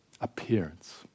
appearance